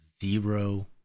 zero